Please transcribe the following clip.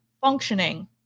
functioning